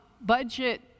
budget